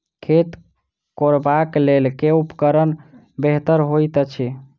खेत कोरबाक लेल केँ उपकरण बेहतर होइत अछि?